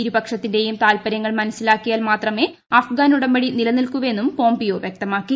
ഇരുപക്ഷത്തിന്റെയും താത്പര്യങ്ങൾ മനസ്സിലാക്കിയാൽ മാത്രമേ അഫ്ഗാൻ ഉടമ്പടി നിലനിൽക്കൂവെന്നും പോംപിയോ വ്യക്തമാക്കി